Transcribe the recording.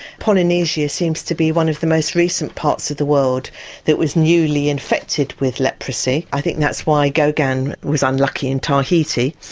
polynesia seems to be one of the most recent parts of the world that was newly infected with leprosy. i think that's why gauguin was unlucky in tahiti.